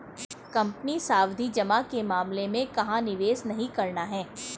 Company सावधि जमा के मामले में कहाँ निवेश नहीं करना है?